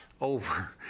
over